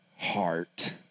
heart